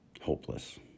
hopeless